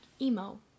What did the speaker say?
emo